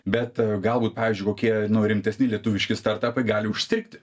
bet galbūt pavyzdžiui kokie nu rimtesni lietuviški startapai gali užstrigti